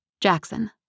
jackson